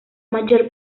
maggior